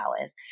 hours